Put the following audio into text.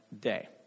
day